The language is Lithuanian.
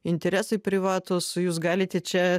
interesai privatūs jūs galite čia